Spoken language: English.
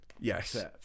Yes